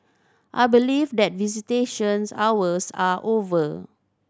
I believe that visitations hours are over